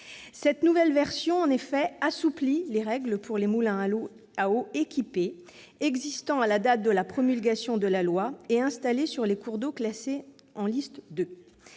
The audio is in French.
cette nouvelle version assouplit les règles pour les moulins à eau équipés existant à la date de la promulgation de la loi et installés sur des cours d'eau classés en « liste 2